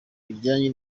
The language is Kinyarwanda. bijyanye